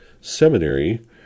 Seminary